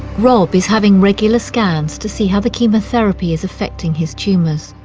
rob is having regular scans to see how the chemotherapy is affecting his tumours.